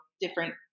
different